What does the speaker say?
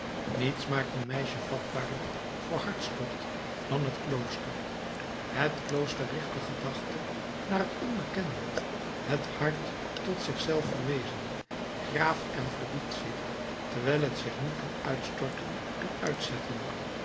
niets maakt een meisje vatbaarder voor hartstocht dan het klooster het klooster richt de gedachte naar het onbekende het hart tot zich zelf verwezen graaft en verdiept zich wijl het zich niet kan uitstorten en uitzetten